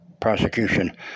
prosecution